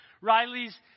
Riley's